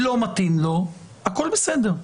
לא מתאים לו, הכול בסדר.